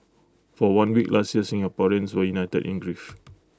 for one week last year Singaporeans were united in grief